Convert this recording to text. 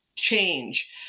change